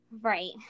right